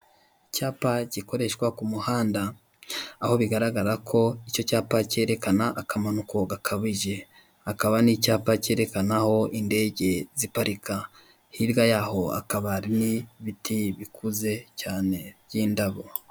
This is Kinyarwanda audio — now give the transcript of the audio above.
Icyapa gikoreshwa ku muhanda aho bigaragara ko icyo cyapa cyerekana akamanuko gakabije, haka n'icyapa cyerekana aho indege ziparika. Hirya yaho hakaba hari n'ibiti bikuze cyane by' indabo.